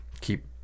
keep